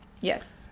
Yes